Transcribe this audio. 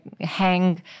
hang